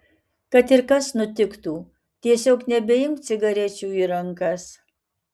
kad ir kas nutiktų tiesiog nebeimk cigarečių į rankas